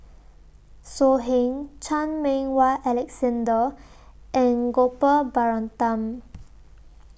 So Heng Chan Meng Wah Alexander and Gopal Baratham